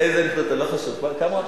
כמה?